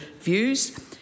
views